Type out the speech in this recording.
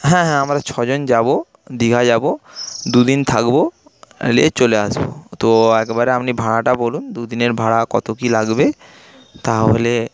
হ্যাঁ হ্যাঁ আমরা ছজন যাবো দিঘা যাবো দুদিন থাকবো নিয়ে চলে আসবো তো একবারে আপনি ভাড়াটা বলুন দুদিনের ভাড়া কত কি লাগবে তাহলে